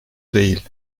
değil